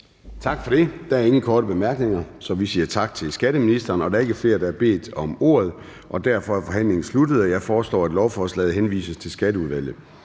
Tak for det. Så er der ikke flere korte bemærkninger. Vi siger tak til ministeren. Da der ikke er flere, der har bedt om ordet, er forhandlingen sluttet. Jeg foreslår, at lovforslaget henvises til Skatteudvalget.